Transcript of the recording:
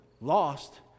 lost